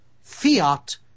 Fiat